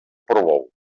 portbou